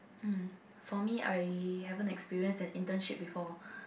mm for me I haven't experienced an internship before